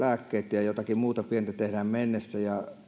ja jotakin muuta pientä tehdään mennessä